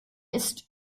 ist